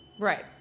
Right